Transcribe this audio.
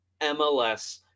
MLS